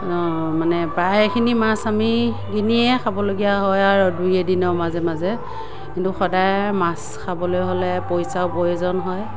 অঁ মানে প্ৰায়খিনি মাছ আমি কিনিয়ে খাবলগীয়া হয় আৰু দুই এদিনৰ মাজে মাজে কিন্তু সদায় মাছ খাবলৈ হ'লে পইচাৰ প্ৰয়োজন হয়